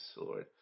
Lord